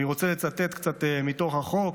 אני רוצה לצטט קצת מתוך החוק: